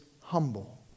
humble